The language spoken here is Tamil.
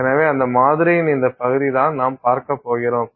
எனவே அந்த மாதிரியின் இந்த பகுதி தான் நாம் பார்க்கப் போகிறோம்